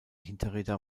hinterräder